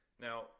now